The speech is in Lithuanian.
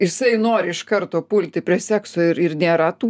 jisai nori iš karto pulti prie sekso ir ir nėra tų